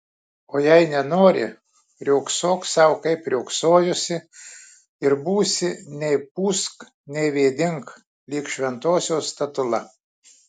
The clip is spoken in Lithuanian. o jei nenori riogsok sau kaip riogsojusi ir būsi nei pūsk nei vėdink lyg šventosios statula